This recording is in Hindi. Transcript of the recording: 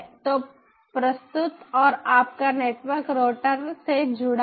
तो प्रस्तुत और आपका नेटवर्क राउटर से जुड़ा है